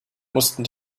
mussten